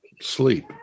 Sleep